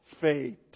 fate